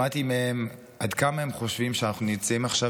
שמעתי מהם עד כמה הם חושבים שאנחנו נמצאים עכשיו